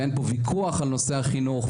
ואין פה ויכוח על נושא החינוך,